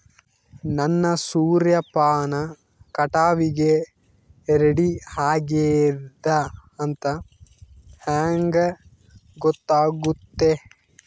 ನನ್ನ ಸೂರ್ಯಪಾನ ಕಟಾವಿಗೆ ರೆಡಿ ಆಗೇದ ಅಂತ ಹೆಂಗ ಗೊತ್ತಾಗುತ್ತೆ?